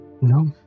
No